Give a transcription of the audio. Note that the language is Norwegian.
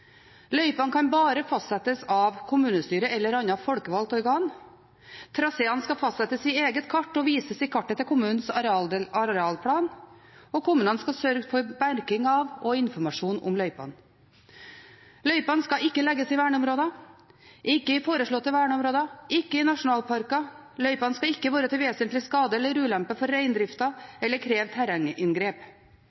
Løypene kan bare fastsettes av kommunestyre eller annet folkevalgt organ. Traseene skal fastsettes i eget kart og vises i kartet til kommunens arealplan, og kommunene skal sørge for merking av og informasjon om løypene. Løypene skal ikke legges i verneområder, ikke i foreslåtte verneområder, ikke i nasjonalparker. Løypene skal ikke være til vesentlig skade eller ulempe for reindrifta eller kreve